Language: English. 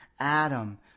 Adam